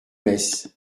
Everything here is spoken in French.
metz